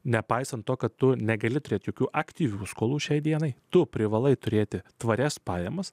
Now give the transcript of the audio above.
nepaisant to kad tu negali turėti jokių aktyvių skolų šiai dienai tu privalai turėti tvarias pajamas